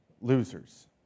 losers